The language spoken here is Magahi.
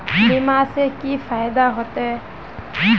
बीमा से की फायदा होते?